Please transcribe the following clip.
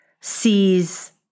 Sees